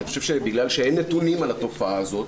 אני חושב שבגלל שאין נתונים על התופעה הזאת,